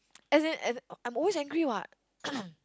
as in as I'm always angry what